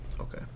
Okay